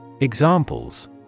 Examples